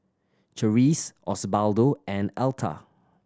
Charisse Osbaldo and Alta